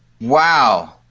wow